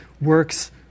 works